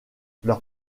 leurs